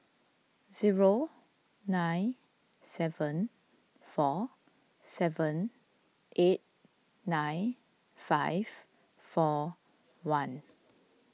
zero nine seven four seven eight nine five four one